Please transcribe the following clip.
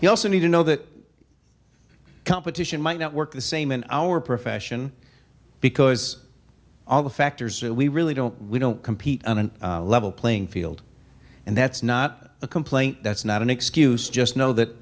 we also need to know that competition might not work the same in our profession because all the factors are we really don't we don't compete on a level playing field and that's not a complaint that's not an excuse just know that